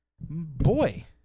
boy